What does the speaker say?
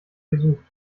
gesucht